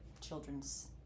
children's